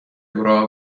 لورا